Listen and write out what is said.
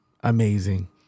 amazing